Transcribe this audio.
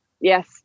Yes